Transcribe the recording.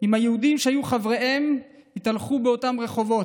עם היהודים, שהיו חבריהם, התהלכו באותם רחובות,